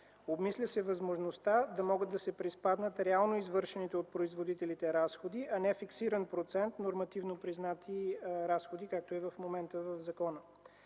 Обмисля се възможността да могат да се приспаднат реално извършените от производителите разходи, а не фиксиран процент нормативно признати разходи, както е в момента в закона.